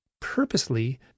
purposely